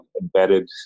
embedded